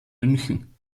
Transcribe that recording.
münchen